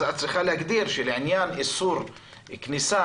אז את צריכה להגדיר שלעניין איסור כניסה